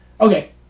Okay